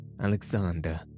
Alexander